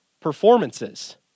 performances